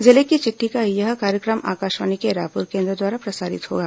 जिले की चिट्ठी का यह कार्यक्रम आकाशवाणी के रायपुर केंद्र द्वारा प्रसारित होगा